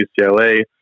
ucla